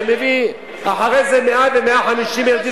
ומביא אחרי זה 100 ו-150 ילדים,